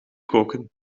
koken